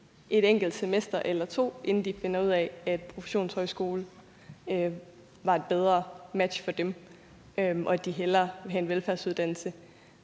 et enkelt semester eller to, inden de finder ud af, at en professionshøjskole var et bedre match for dem, og at de hellere vil have en velfærdsuddannelse.